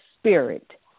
spirit